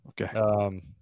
Okay